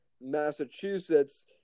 Massachusetts